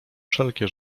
wszelkie